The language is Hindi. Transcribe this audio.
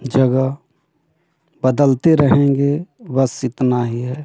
जगह बदलते रहेंगे बस इतना ही है